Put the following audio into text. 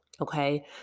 Okay